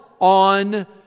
on